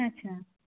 আচ্ছা